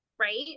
Right